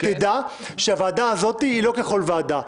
תדע שהוועדה הזאת היא לא ככול ועדה,